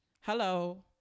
hello